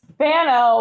Spano